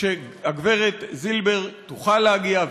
שהגברת זילבר תוכל להגיע,